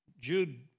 Jude